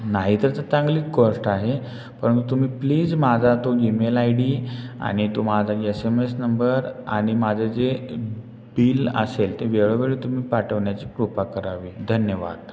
नाही तर चांगलीच गोष्ट आहे परंतु तुम्ही प्लीज माझा तो जीमेल आय डी आणि तो माझा एस एम एस नंबर आणि माझं जे बिल असेल ते वेळोवेळी तुम्ही पाठवण्याची कृपा करावी धन्यवाद